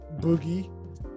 Boogie